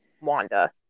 Wanda